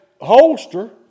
holster